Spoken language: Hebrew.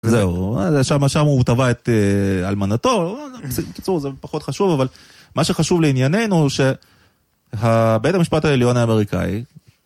זהו, שם הוא תבע את אלמנתו. בקיצור, זה פחות חשוב, אבל מה שחשוב לעניינינו הוא שהבית המשפט העליון האמריקאי...